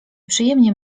przyjemnie